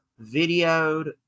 videoed